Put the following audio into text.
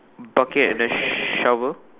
bucket and a shovel